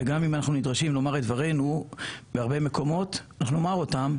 גם אם אנחנו נדרשים לומר את דברינו בהרבה מקומות נאמר אותם,